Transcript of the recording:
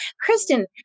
Kristen